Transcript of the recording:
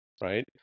right